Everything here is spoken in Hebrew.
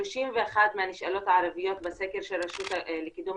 31 מהנשאלות הערביות בסקר של הרשות לקידום